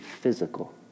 physical